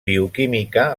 bioquímica